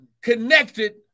connected